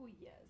yes